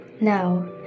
Now